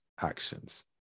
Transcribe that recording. actions